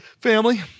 Family